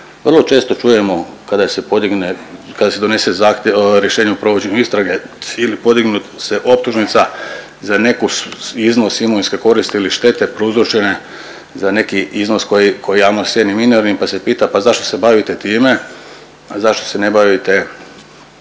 kada se podigne, kada se donese rješenje o provođenju istrage ili podigne se optužnica za neki iznos imovinske koristi ili štete prouzročene za neki iznos koji javnost cijeni minornim, pa se pita pa zašto se bavite time, zašto se ne bavite